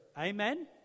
Amen